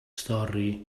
stori